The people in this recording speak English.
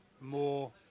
more